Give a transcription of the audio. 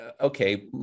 okay